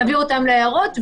נעביר אותן להערות.